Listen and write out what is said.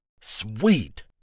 Sweet